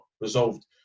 resolved